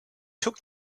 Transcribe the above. took